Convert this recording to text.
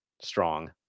Strong